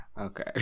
Okay